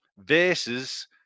Versus